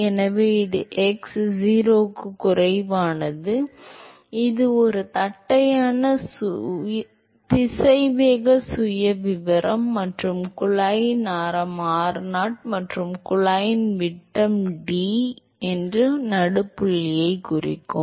எனவே இது x 0க்குக் குறைவானது இது ஒரு தட்டையான திசைவேக சுயவிவரம் மற்றும் குழாயின் ஆரம் r0 மற்றும் குழாயின் விட்டம் D எனில் நடுப்புள்ளியைக் குறித்தால்